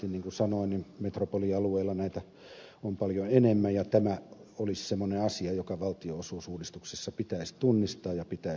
niin kuin sanoin metropolialueilla näitä on paljon enemmän ja tämä olisi semmoinen asia joka valtionosuusuudistuksessa pitäisi tunnistaa ja pitäisi ottaa huomioon